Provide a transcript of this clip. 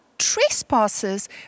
Trespasses